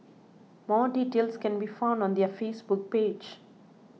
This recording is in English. more details can be found on their Facebook page